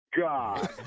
God